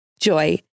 JOY